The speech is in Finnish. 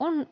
On